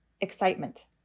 Excitement